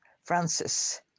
Francis